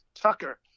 Tucker